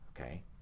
Okay